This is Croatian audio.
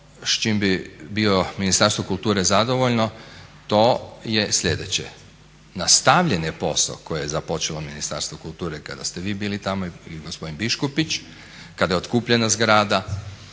s čim bih bilo Ministarstvo kulture zadovoljno to je sljedeće. Nastavljen je posao koje je započelo Ministarstvo kulture kada ste vi bili tamo i gospodin Biškupić kada je otkupljena zgrada.